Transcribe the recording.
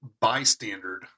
bystander